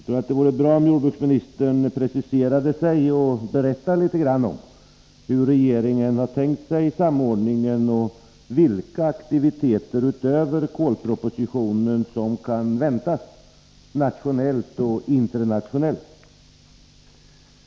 Det vore därför bra om jordbruksministern preciserade sig och berättade litet grand om hur regeringen har tänkt sig samordningen och vilka aktiviteter utöver kolpropositionen som kan 81 väntas nationellt och internationellt.